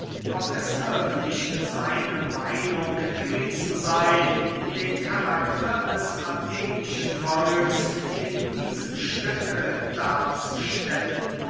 ob es wirklich seine meinung gewesen sey den karakter des athenischen volks in diesem stücke darzustellen